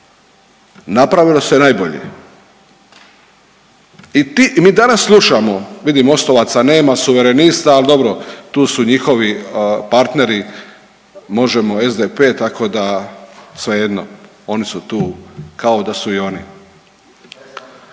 napravilo se najbolje. I mi danas slušamo, vidim Mostovaca nema, Suverenista, ali dobro tu su njihovi partneri Možemo, SDP-e tako da svejedno oni su tu kao da su i oni.